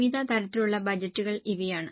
വിവിധ തരത്തിലുള്ള ബജറ്റുകൾ ഇവയാണ്